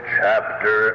chapter